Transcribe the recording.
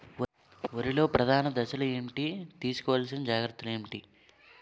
వరిలో ప్రధాన దశలు ఏంటి? తీసుకోవాల్సిన జాగ్రత్తలు ఏంటి?